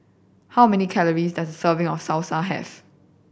how many calories does a serving of Salsa have